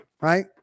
right